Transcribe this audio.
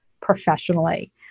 professionally